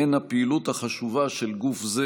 והן הפעילות החשובה של גוף זה,